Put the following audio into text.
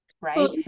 right